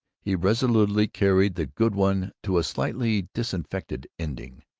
he resolutely carried the good one to a slightly disinfected ending.